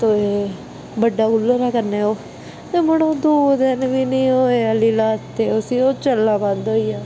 ते बड़ा कूलर ऐ कन्नै ओह् मड़ो दो दिन बी नेईं होऐ हल्ली लैते दे उसी ओह् चला दा गै नेईं